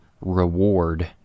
reward